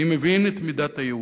אני מבין את מידת הייאוש.